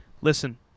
listen